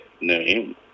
name